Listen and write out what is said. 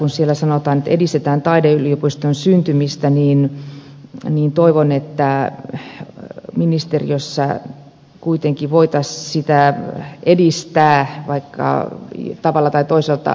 kun siellä sanotaan että edistetään taideyliopiston syntymistä niin toivon että ministeriössä kuitenkin voitaisiin sitä edistää tavalla tai toisella